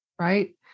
right